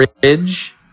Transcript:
bridge